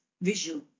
visual